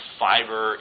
fiber